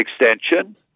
extension